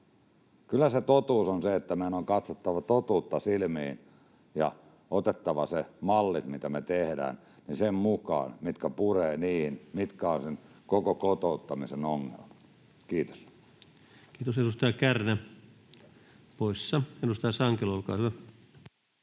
Kyllä se totuus on se, että meidän on katsottava totuutta silmiin ja otettava se malli, mitä me tehdään, sen mukaan, mitkä purevat niihin, mitkä ovat sen koko kotouttamisen ongelmat. — Kiitos. Kiitos. — Edustaja Kärnä poissa. — Edustaja Sankelo, olkaa hyvä.